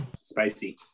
Spicy